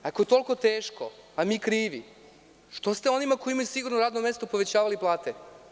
Ako je toliko teško, a mi krivi, što ste onima koji imaju sigurno radno mesto povećavali plate?